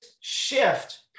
shift